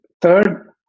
Third